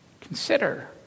Consider